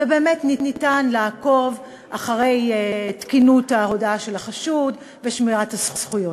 ובאמת ניתן לעקוב אחרי תקינות ההודאה של החשוד ושמירת הזכויות.